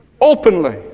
openly